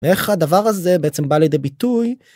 איך הדבר הזה בעצם בא לידי ביטוי.